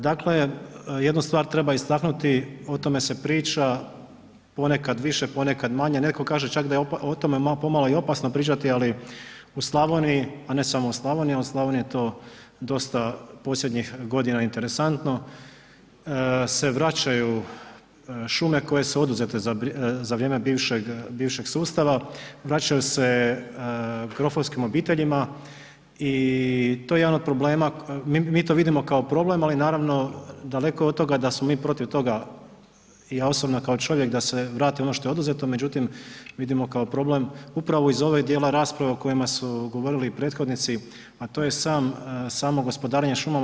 Dakle, jednu stvar treba istaknuti, o tome se priča ponekad više, ponekad manje, netko kaže čak da je o tome pomalo i opasno pričati ali u Slavoniji a ne samo u Slavoniji ali u Slavoniji je to dosta posljednjih godina interesantno se vraćaju šume koje su oduzete za vrijeme bivšeg sustava, vraćaju se grofovskim obiteljima i to je jedan problema, mi to vidimo kao problem ali naravno daleko od toga da smo mi protiv toga, ja osobno kao čovjek da se vrati ono što je oduzeto međutim vidimo kao problem upravo iz ovog djela rasprave o kojima su govorili i prethodnici a to je samo gospodarenje šumama.